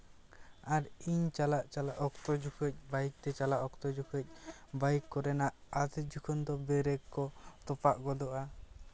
ᱟᱨ ᱤᱧ ᱪᱟᱞᱟᱜ ᱪᱟᱞᱟᱜ ᱚᱠᱛᱚ ᱡᱚᱠᱷᱚᱱ ᱵᱟᱭᱤᱠ ᱛᱮ ᱪᱟᱞᱟᱜ ᱚᱠᱛᱚ ᱡᱚᱠᱷᱚᱱ ᱵᱟᱭᱤᱠ ᱠᱚᱨᱮᱱᱟᱜ ᱟᱫᱷᱮᱠ ᱡᱚᱠᱷᱚᱱ ᱫᱚ ᱵᱨᱮᱠ ᱠᱚ ᱛᱚᱯᱟᱜ ᱜᱚᱫᱚᱜᱼᱟ